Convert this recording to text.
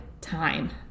time